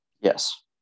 Yes